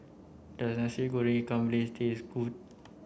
does Nasi Goreng Ikan Bilis taste good